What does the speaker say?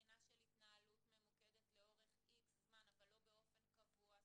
בחינה של התנהלות ממוקדת לאורך זמן מסוים אבל לא באופן קבוע,